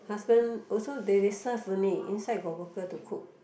husband also they they serve only inside got worker to cook